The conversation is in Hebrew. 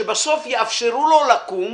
שבסוף יאפשרו לו לקום,